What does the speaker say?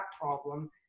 problem